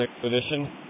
Expedition